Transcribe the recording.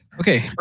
Okay